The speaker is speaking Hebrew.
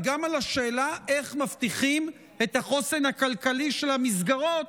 וגם על השאלה איך מבטיחים את החוסן הכלכלי של המסגרות,